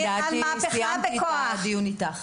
אז לדעתי סיימתי את הדיון איתך.